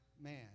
man